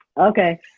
Okay